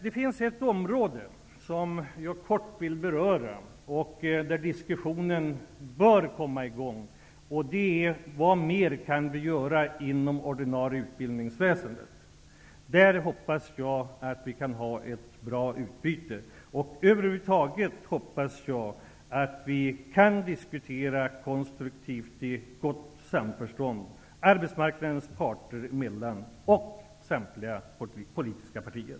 Det finns ett område -- jag skall helt kort beröra det -- där en diskussion bör komma i gång. Det handlar om frågan: Vad mera kan göras inom det ordinarie utbildningsväsendet? I det avseendet hoppas jag på ett bra utbyte. Över huvud taget hoppas jag att vi konstruktivt och i gott samförstånd kan diskutera -- det gäller då arbetsmarknadens parter och även mellan samtliga politiska partier.